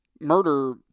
murder